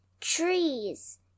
trees